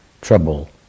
trouble